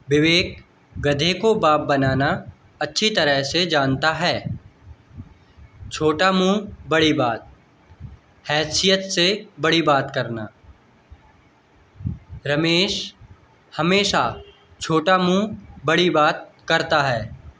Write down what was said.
विवेक गधे को बाप बनाना अच्छी तरह से जानता है छोटा मुँह बड़ी बात हैसियत से बड़ी बात करना रमेश हमेशा छोटा मुँह बड़ी बात करता है